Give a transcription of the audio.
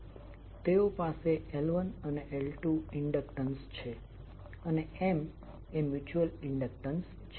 તેઓ પાસે L1 અને L2 ઇન્ડક્ટન્સ છે અને અને M એ મ્યુચ્યુઅલ ઇન્ડક્ટન્સ છે